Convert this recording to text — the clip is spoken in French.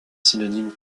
synonyme